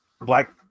Black